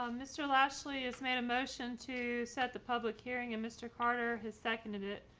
um mr. lashley is made a motion to set the public hearing and mr. carter has seconded it.